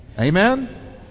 Amen